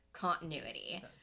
continuity